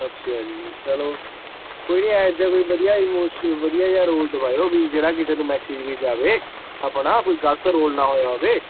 ਅੱਛਾ ਜੀ ਚਲੋ ਕੋਈ ਨੀ ਇਹ ਜਾ ਕੋਈ ਵਧੀਆ ਇਮੋਸ਼ਨ ਵਧੀਆ ਜਿਹਾ ਰੋਲ ਦਿਵਾਇਓ ਵੀ ਜਿਹੜਾ ਕਿਸੇ ਨੂੰ ਮੈਸੇਜ ਵੀ ਜਾਵੇ ਆਪਣਾ ਕੋਈ ਗਲਤ ਰੋਲ ਨਾ ਹੋਇਆ ਹੋਵੇ